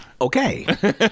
okay